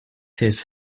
his